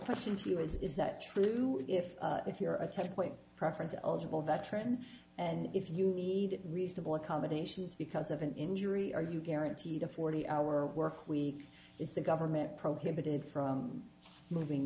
question to you is is that true if if you're a ten point preference veteran and if you need reasonable accommodations because of an injury are you guaranteed a forty hour work week is the government prohibited from moving